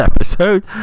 episode